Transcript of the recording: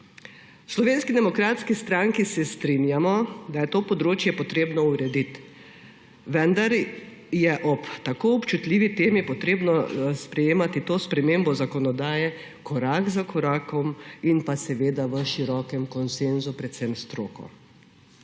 Slovenski demokratski stranki se strinjamo, da je to področje treba urediti, vendar je ob tako občutljivi temi treba sprejemati to spremembo zakonodaje korak za korakom in v širokem konsenzu, predvsem s stroko.